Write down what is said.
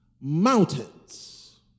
mountains